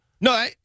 No